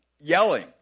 yelling